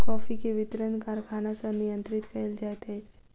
coffee के वितरण कारखाना सॅ नियंत्रित कयल जाइत अछि